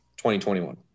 2021